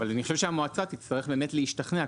אבל אני חושב שהמועצה תצטרך באמת להשתכנע,